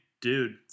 Dude